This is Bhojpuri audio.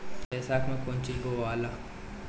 बैसाख मे कौन चीज बोवाला?